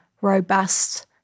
robust